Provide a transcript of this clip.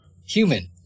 human